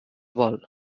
vol